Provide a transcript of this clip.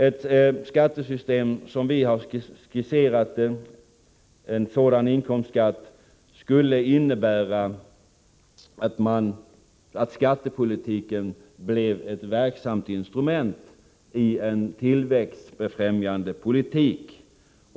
Ett sådant skattesystem och en sådan inkomstskatt som vi har skisserat skulle innebära att skattepolitiken blev ett verksamt instrument i en tillväxtfrämjande politik.